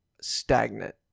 stagnant